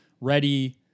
ready